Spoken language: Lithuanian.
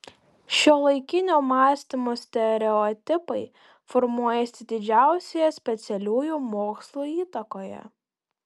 šiuolaikinio mąstymo stereotipai formuojasi didžiausioje specialiųjų mokslų įtakoje